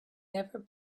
never